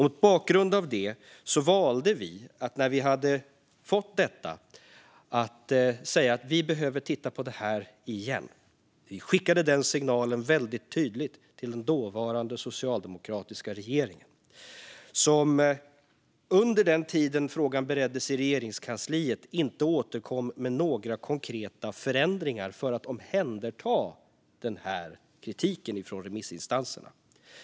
Mot bakgrund av detta sa vi att man måste titta på detta igen, och vi skickade en tydlig signal om det till den dåvarande socialdemokratiska regeringen. Men under den tid frågan bereddes i Regeringskansliet återkom man inte med några konkreta förändringar för att omhänderta kritiken från remissinstanserna.